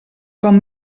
com